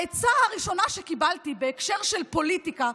העצה הראשונה שקיבלתי בהקשר של פוליטיקה,